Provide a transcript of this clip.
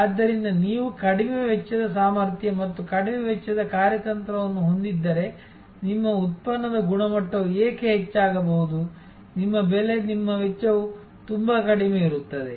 ಆದ್ದರಿಂದ ನೀವು ಕಡಿಮೆ ವೆಚ್ಚದ ಸಾಮರ್ಥ್ಯ ಮತ್ತು ಕಡಿಮೆ ವೆಚ್ಚದ ಕಾರ್ಯತಂತ್ರವನ್ನು ಹೊಂದಿದ್ದರೆ ನಿಮ್ಮ ಉತ್ಪನ್ನದ ಗುಣಮಟ್ಟವು ಏಕೆ ಹೆಚ್ಚಾಗಬಹುದು ನಿಮ್ಮ ಬೆಲೆ ನಿಮ್ಮ ವೆಚ್ಚವು ತುಂಬಾ ಕಡಿಮೆ ಇರುತ್ತದೆ